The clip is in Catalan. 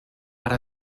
ara